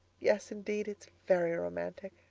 yes indeed, it's very romantic.